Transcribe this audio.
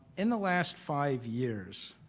in the last five years,